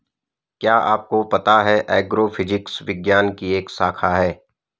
क्या आपको पता है एग्रोफिजिक्स विज्ञान की एक शाखा है?